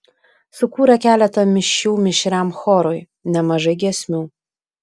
sukūrė keletą mišių mišriam chorui nemažai giesmių